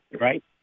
right